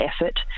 effort